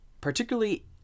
particularly